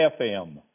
FM